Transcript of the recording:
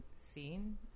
scene